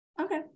okay